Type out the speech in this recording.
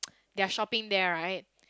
their shopping there right